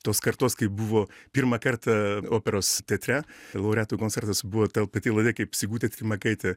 tos kartos kai buvo pirmą kartą operos teatre laureatų koncertas buvo ta pati laida kaip sigutė trimakaitė